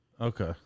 Okay